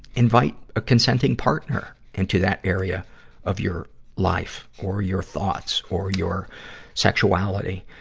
invite a consenting partner into that area of your life or your thoughts or your sexuality.